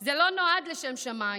זה לא נועד לשם שמיים,